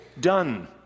done